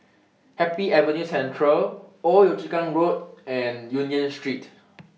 Happy Avenue Central Old Yio Chu Kang Road and Union Street